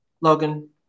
Logan